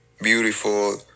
beautiful